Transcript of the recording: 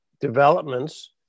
developments